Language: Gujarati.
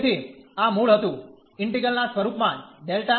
તેથી આ મૂળ હતું ઈન્ટિગ્રલ ના સ્વરુપ માં ΔΦ